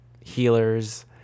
healers